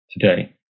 today